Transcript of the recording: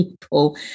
people